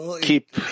keep